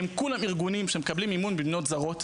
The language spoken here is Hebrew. הם כולם ארגונים שמקבלים מימון ממדינות זרות,